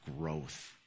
growth